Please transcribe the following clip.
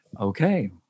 okay